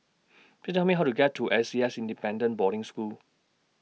Please Tell Me How to get to A C S Independent Boarding School